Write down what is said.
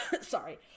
sorry